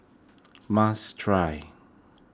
must try